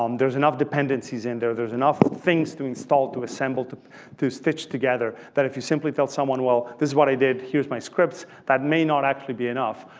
um there's enough dependencies in there there's enough things to install to assemble to to stitch together that if you simply tell someone, well, this is what i did, here's my scripts. that may not actually be enough.